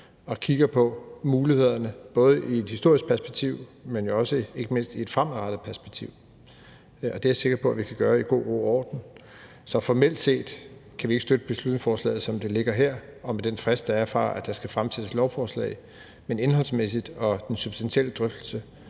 og kigger på mulighederne både i et historisk perspektiv, men jo også ikke mindst i et fremadrettet perspektiv, og det er jeg sikker på at vi kan gøre i god ro og orden. Så formelt set kan vi ikke støtte beslutningsforslaget, som det ligger her, og med den frist, som der er for, at der skal fremsættes lovforslag. Men den indholdsmæssige og substantielle drøftelse